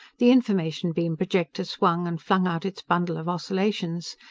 the information-beam projector swung and flung out its bundle of oscillations.